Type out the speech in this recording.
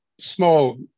small